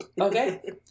Okay